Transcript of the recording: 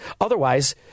Otherwise